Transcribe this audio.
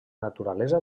naturalesa